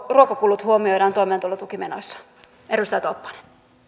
ruokakulut huomioidaan toimeentulotukimenoissa edustaja tolppanen